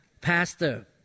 Pastor